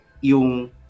yung